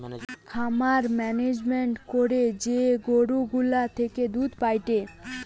খামার মেনেজমেন্ট করে যে গরু গুলা থেকে দুধ পায়েটে